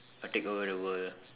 take over the world